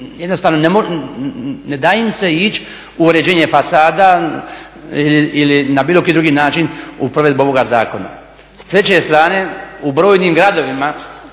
jednostavno ne da im se ići u uređenje fasada ili na bilo koji drugi način u provedbu ovoga zakona. S treće strane u brojnim gradovima